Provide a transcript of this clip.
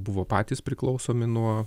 buvo patys priklausomi nuo